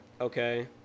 Okay